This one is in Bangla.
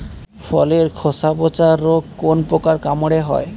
ফলের খোসা পচা রোগ কোন পোকার কামড়ে হয়?